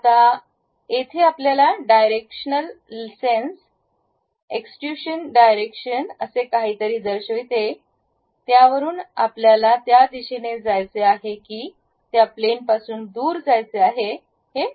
आता येथे आपल्याकडे डायरेक्शनल सेन्स एक्सट्रूशन डायरेक्शन असे काहीतरी दर्शविते यावरून आपल्याला त्या दिशेने जायचे आहे की त्या प्लेन पासून दूर जायचे आहे हे ठरवावे लागते